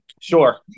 Sure